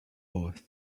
both